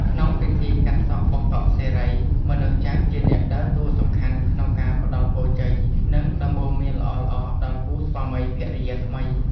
ក្នុងពិធីកាត់សក់បង្កក់សិរី មនុស្សចាស់ជាអ្នកដើរតួសំខាន់ក្នុងការផ្តល់ពរជ័យ និងដំបូន្មានល្អៗដល់គូស្វាមីភរិយាថ្មី។